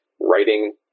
writing